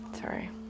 Sorry